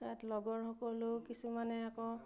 তাত লগৰ সকলো কিছুমানে আকৌ